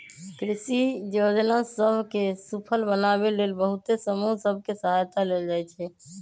कृषि जोजना सभ के सूफल बनाबे लेल बहुते समूह सभ के सहायता लेल जाइ छइ